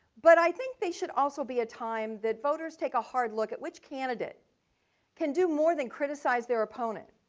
but i think they should also be a time that voters take a hard look at which candidate can do more than criticize their opponent,